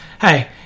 hey